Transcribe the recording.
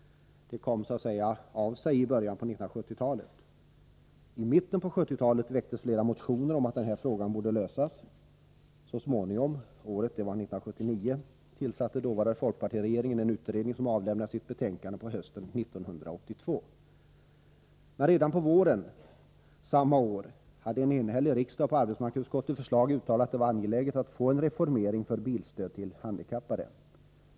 Det kom så att säga av sig i början av 1970-talet. I mitten av 1970-talet väcktes flera motioner om att den här frågan borde lösas. Så småningom -— året var 1979 — tillsatte dåvarande folkpartiregeringen en utredning som avlämnade sitt betänkande på hösten 1982. Men redan på våren samma år hade en enhällig riksdag på arbetsmarknadsutskottets förslag uttalat att det var angeläget att få en reformering för bilstöd till handikappade.